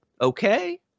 Okay